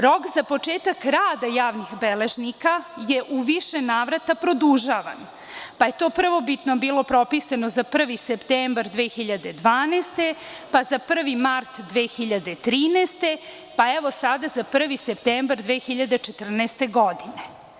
Rok za početak rada javnih beležnika je u više navrata produžavan, pa je to prvobitno bilo propisano za 1. septembar 2012, pa za 1. mart 2013, pa evo sada za 1. septembar 2014. godine.